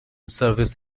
service